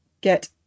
get